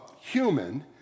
human